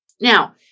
Now